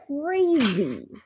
crazy